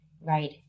Right